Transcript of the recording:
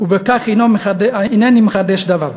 ובכך אינני מחדש דבר.